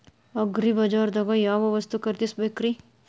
ಅಗ್ರಿಬಜಾರ್ದಾಗ್ ಯಾವ ವಸ್ತು ಖರೇದಿಸಬೇಕ್ರಿ?